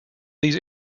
these